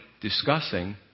discussing